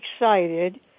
excited